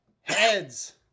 Heads